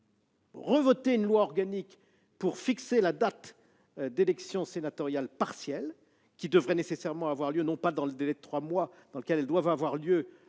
revoter une loi organique pour fixer la date d'élections sénatoriales partielles, qui devraient nécessairement avoir lieu non pas dans le délai de trois mois prévu en cas de